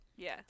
Yes